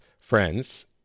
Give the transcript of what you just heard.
friends